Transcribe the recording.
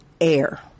air